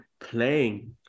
playing